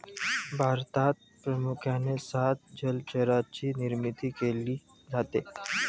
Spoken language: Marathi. भारतात प्रामुख्याने सात जलचरांची निर्मिती केली जाते